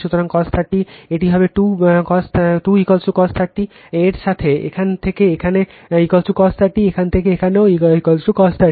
সুতরাং cos 30 এটি হবে 2 cos 30 এর সাথে এখান থেকে এখানে cos 30 এখান থেকে এখানেও cos 30